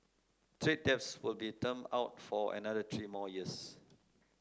trade debts will be termed out for another three more years